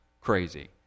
crazy